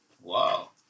Wow